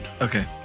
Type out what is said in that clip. Okay